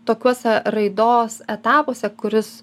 tokiuose raidos etapuose kuris